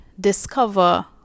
discover